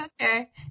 Okay